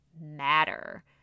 matter